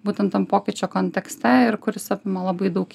būtent tam pokyčio kontekste ir kuris apima labai daug